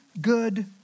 good